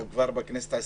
אנחנו כבר בכנסת ה-24.